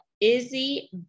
Izzy